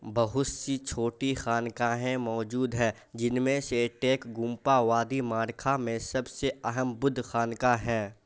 بہت سی چھوٹی خانقاہیں موجود ہے جن میں سے ٹیک گومپا وادی مارکھا میں سب سے اہم بدھ خانقاہ ہے